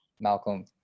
Malcolm